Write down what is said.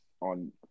on